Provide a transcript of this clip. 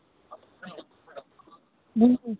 बिल्कुल